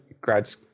grad